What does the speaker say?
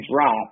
drop